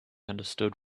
understood